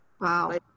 Wow